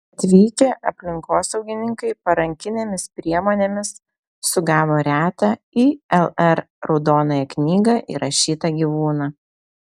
atvykę aplinkosaugininkai parankinėmis priemonėmis sugavo retą į lr raudonąją knygą įrašytą gyvūną